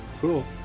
Cool